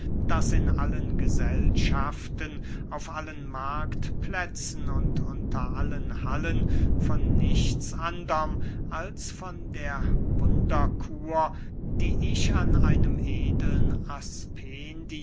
daß in allen gesellschaften auf allen marktplätzen und unter allen hallen von nichts anderm als von der wunderkur die ich an einem edeln